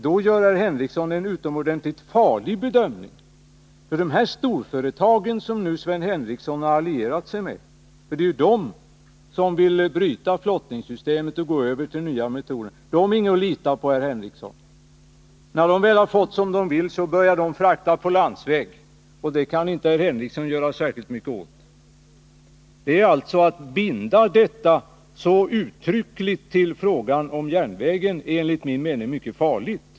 Här gör herr Henricsson en utomordentligt farlig bedömning, för storföretagen som han allierat sig med — det är ju de som vill bryta flottningssystemet och gå över till nya metoder — är ingenting att lita på. När de väl har fått som de vill börjar de frakta på landsväg, och det kan inte herr Henricsson göra särskilt mycket åt. Att binda den här frågan så uttryckligt till frågan om järnvägen är alltså enligt min mening mycket farligt.